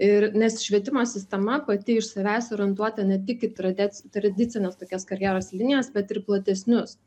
ir nes švietimo sistema pati iš savęs orientuota ne tik į tradec tradicines tokias karjeros linijas bet ir platesnius